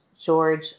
George